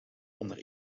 onder